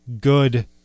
good